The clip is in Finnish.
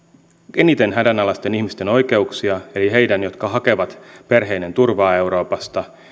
eniten hädänalaisten ihmisten oikeuksia eli heidän jotka hakevat perheineen turvaa euroopasta